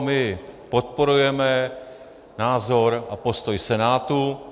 My podporujeme názor a postoj Senátu.